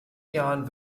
jahren